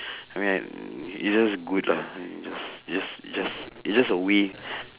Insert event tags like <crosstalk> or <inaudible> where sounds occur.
<breath> I mean it's just good lah it's just it's just it's just it's just a way